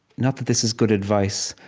not that this is good advice,